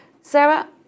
Sarah